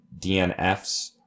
DNFs